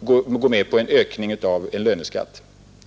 går med på en ökning av löneskatten?